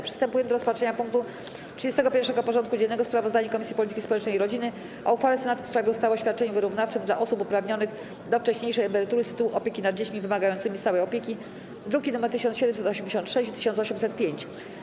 Przystępujemy do rozpatrzenia punktu 31. porządku dziennego: Sprawozdanie Komisji Polityki Społecznej i Rodziny o uchwale Senatu w sprawie ustawy o świadczeniu wyrównawczym dla osób uprawnionych do wcześniejszej emerytury z tytułu opieki nad dziećmi wymagającymi stałej opieki (druki nr 1786 i 1805)